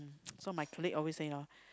so my colleague always say hor